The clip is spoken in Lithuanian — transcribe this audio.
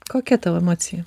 kokia tau emocija